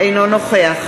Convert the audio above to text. אינו נוכח